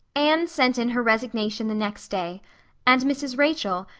anne sent in her resignation the next day and mrs. rachel,